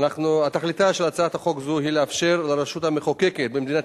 תכליתה של הצעת חוק זו היא לאפשר לרשות המחוקקת במדינת